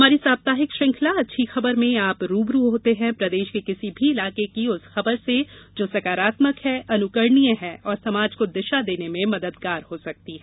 हमारी साप्ताहिक श्रृखंला अच्छी खबर में आप रूबरू होते हैं प्रदेश के किसी भी इलाके की उस खबर से जो सकारात्मक है अनुकरणीय है और समाज को दिशा देने में मददगार हो सकती है